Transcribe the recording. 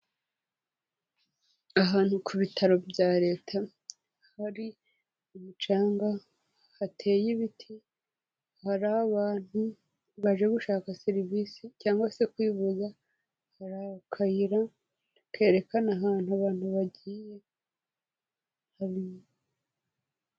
Ahantu ku bitaro bya leta, hari umucanga, hateye ibiti, hari abantu baje gushaka serivisi cyangwa se kwivuza, hari akayira kerekana ahantu abantu bagiye hari...